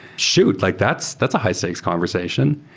shoot! like that's that's a high-stakes conversation.